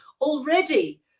Already